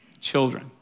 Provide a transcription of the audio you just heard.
children